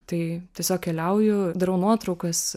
tai tiesiog keliauju darau nuotraukas